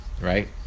right